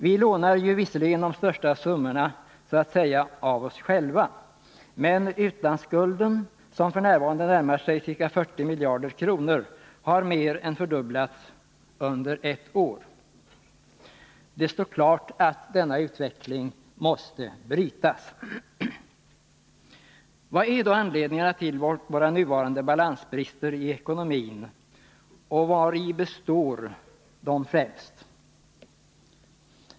Vi lånar visserligen de största summorna så att säga av ”oss själva”, men utlandsskulden som f. n. närmar sig ca 40 miljarder kronor har mer än fördubblats under ett år. Det står klart att denna utveckling måste brytas. Vad är då anledningarna till våra nuvarande balansbrister i ekonomin, och vari består de främst?